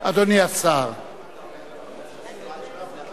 (הוראת שעה) (תיקון מס' 4),